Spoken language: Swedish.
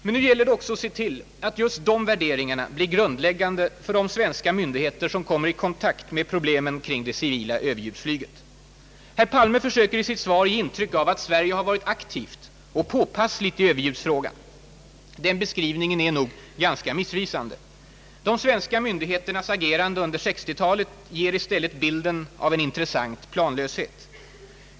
Men nu gäller det också att se till att just de värderingarna blir grundläggande för de svenska myndigheter som kommer i kontakt med problemen kring det civila överljudsflyget. Herr Palme försöker i sitt svar ge intryck av att Sverige varit aktivt och påpassligt i överljudsfrågan. Den beskrivningen är, milt talat, missvisande. De svenska myndigheternas agerande under 1960 talet ger i stället bilden av en intressant planlöshet.